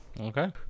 Okay